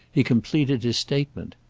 he completed his statement.